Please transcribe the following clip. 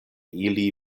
ili